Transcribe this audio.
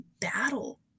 battle